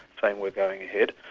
saying we're going ahead.